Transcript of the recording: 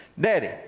daddy